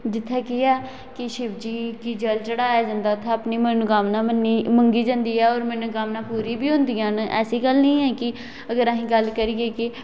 जित्थै केह् ऐ कि शिवजी गी जल चढ़ाया जंदा उत्थै अपनी मनोकामनां मन्नी मंगी जंदी ऐ होर मनोकामनां पूरी बी होंदियां न ऐसी गल्ल निं ऐ कि अगर अस गल्ल करिये कि